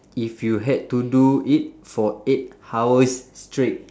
if you had to do it for eight hours straight